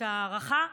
הארכה.